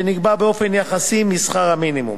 שנקבע באופן יחסי משכר המינימום,